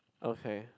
okay